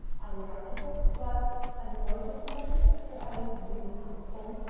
i'm an architect, but i've been working as an architect, but i really haven't owned.